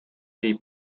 jej